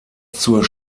zur